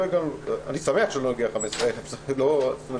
אני שמח שלא הגענו ל-15,000 בדיקות ביום,